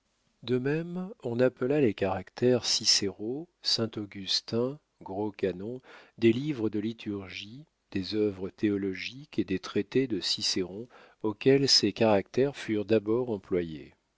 de même on appela les caractères cicéro saint-augustin gros canon des livres de liturgie des œuvres théologiques et des traités de cicéron auxquels ces caractères furent d'abord employés